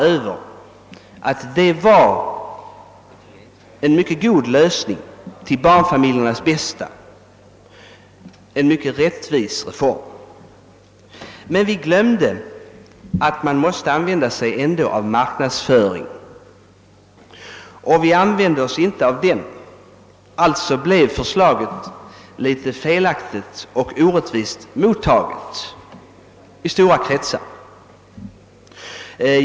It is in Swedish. Men vi gjorde det misstaget i familjepolitiska kommittén att vi glömde att man ändå måste använda vad som med ett modernt begrepp kallas marknadsföring. Förslaget blev alltså litet felaktigt och orättvist mottaget i stora kretsar.